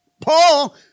Paul